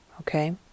Okay